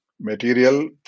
material